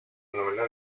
novela